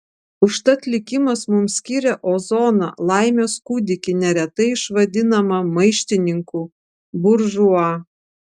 užtat likimas mums skyrė ozoną laimės kūdikį neretai išvadinamą maištininku buržua